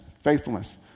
faithfulness